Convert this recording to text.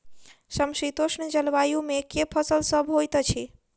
समशीतोष्ण जलवायु मे केँ फसल सब होइत अछि?